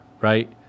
right